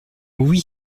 oui